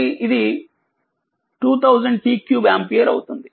కాబట్టిఅది2000t3 ampere అవుతుంది